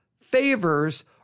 favors